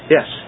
Yes